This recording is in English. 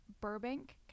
Burbank